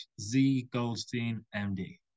ZGoldsteinMD